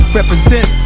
Represent